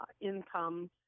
income